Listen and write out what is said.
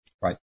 Right